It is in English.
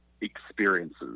experiences